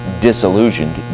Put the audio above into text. disillusioned